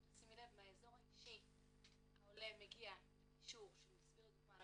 אם תשימי לב מהאזור האישי העולה מגיע לקישור שמסביר לדוגמה על